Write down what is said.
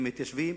הם מתיישבים,